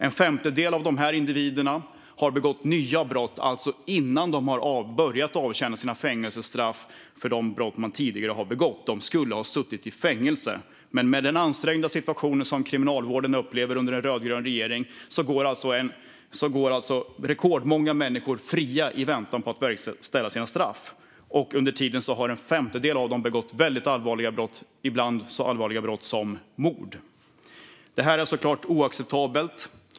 En femtedel av dessa individer hinner begå nya brott innan de har börjat avtjäna sina fängelsestraff för de brott de tidigare har begått. De skulle ha suttit i fängelse, men med den ansträngda situationen inom Kriminalvården under en rödgrön regering går alltså rekordmånga människor fria i väntan på att verkställa sina straff. Under tiden har en femtedel av dem begått väldigt allvarliga brott, ibland så allvarliga brott som mord. Detta är såklart oacceptabelt.